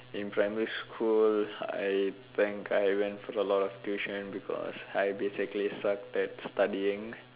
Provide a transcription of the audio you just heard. in primary school I think went for a lot of tuitions because I basically sucked at studying